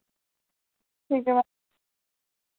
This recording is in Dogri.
ठीक ऐ मैम